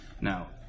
Now